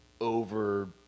over